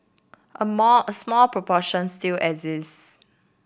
a more a small proportion still exist